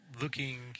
looking